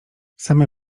same